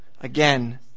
Again